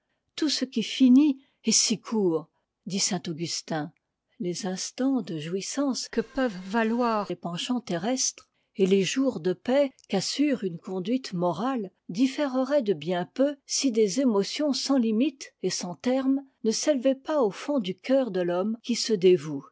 tout ce qui finit est si court dit saint augustin les instants de jouissance qu peuvent valoir les penchants terrestres et les jours de paix qu'assure une conduite morale différeraient de bien peu si des émotions sans limite et sans terme ne s'élevaient pas au fond du cœur de l'homme qui se dévoue